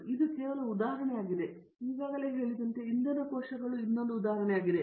ಇದು ಕೇವಲ ಒಂದು ಉದಾಹರಣೆಯಾಗಿದೆ ನೀವು ಈಗಾಗಲೇ ಹೇಳಿದಂತೆ ಇಂಧನ ಕೋಶಗಳು ಇನ್ನೊಂದು ಉದಾಹರಣೆಯಾಗಿದೆ